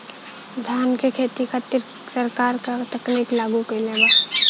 धान क खेती खातिर सरकार का का तकनीक लागू कईले बा?